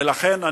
ולכן,